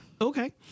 okay